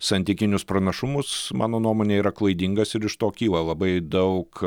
santykinius pranašumus mano nuomone yra klaidingas ir iš to kyla labai daug